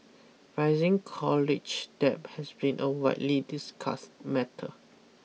rising college debt has been a widely discussed matter